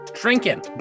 drinking